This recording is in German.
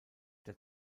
der